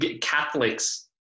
Catholics